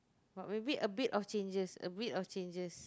but maybe a bit of changes a bit of changes